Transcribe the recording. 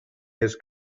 his